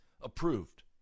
approved